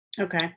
Okay